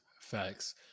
facts